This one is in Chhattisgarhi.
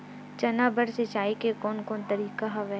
चना बर सिंचाई के कोन कोन तरीका हवय?